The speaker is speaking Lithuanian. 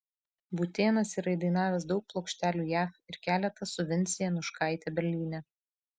būtėnas yra įdainavęs daug plokštelių jav ir keletą su vince januškaite berlyne